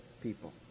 people